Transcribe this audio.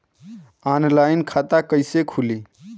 Online खाता कइसे खुली?